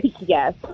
Yes